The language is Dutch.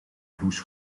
blouse